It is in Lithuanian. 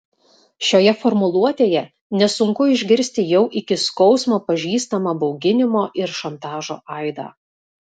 šioje formuluotėje nesunku išgirsti jau iki skausmo pažįstamą bauginimo ir šantažo aidą